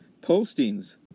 postings